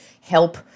help